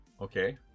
Okay